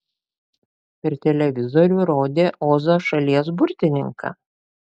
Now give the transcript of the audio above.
per televizorių rodė ozo šalies burtininką